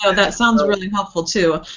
so that sounds really helpful, too.